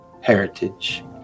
heritage